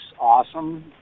awesome